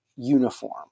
uniform